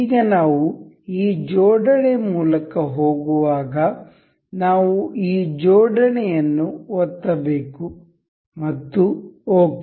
ಈಗ ನಾವು ಈ ಜೋಡಣೆ ಮೂಲಕ ಹೋಗುವಾಗ ನಾವು ಈ ಜೋಡಣೆ ಯನ್ನು ಒತ್ತಬೇಕು ಮತ್ತು ಓಕೆ